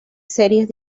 series